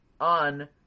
On